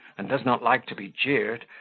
and does not like to be jeered,